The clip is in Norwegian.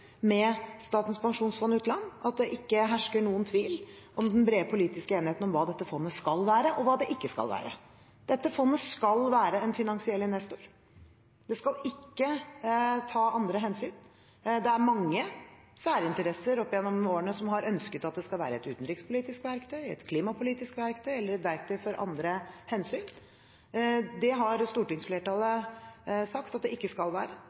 med Statens pensjonsfond utland: at det ikke hersker noen tvil om den brede politiske enigheten om hva dette fondet skal være, og hva det ikke skal være. Dette fondet skal være en finansiell investor. Det skal ikke ta andre hensyn. Det er mange særinteresser opp gjennom årene som har ønsket at det skal være et utenrikspolitisk verktøy, et klimapolitisk verktøy eller et verktøy for andre hensyn. Det har stortingsflertallet sagt at det ikke skal være.